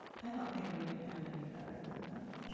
i don't think we can end any better than that.